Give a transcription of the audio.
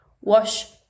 Wash